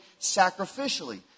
sacrificially